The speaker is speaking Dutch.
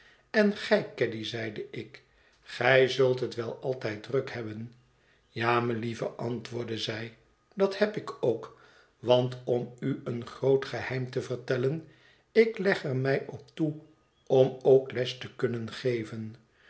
en gij caddy zeide ik gij zult het wel altijd druk hebben ja melieve antwoordde i zij dat heb ik ook want om u een groot geheim te vertellen ik leg er mij op toe om ook les te kunnen geven